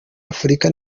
afurika